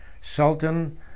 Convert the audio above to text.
sultan